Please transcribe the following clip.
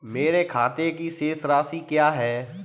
मेरे खाते की शेष राशि क्या है?